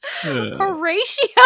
Horatio